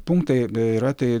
punktai yra tai